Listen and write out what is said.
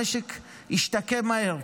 המשק השתקם מהר,